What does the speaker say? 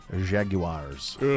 Jaguars